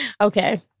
Okay